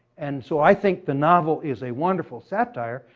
and so i think the novel is a wonderful satire,